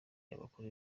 abakuru